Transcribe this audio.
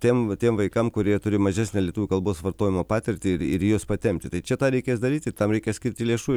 tiem tiem vaikam kurie turi mažesnę lietuvių kalbos vartojimo patirtį ir ir juos patempti tai čia tą reikės daryti tam reikia skirti lėšų